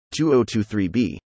2023b